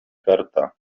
karta